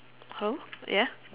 who ya